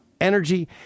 energy